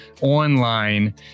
online